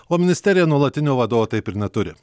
o ministerija nuolatinio vadovo taip ir neturi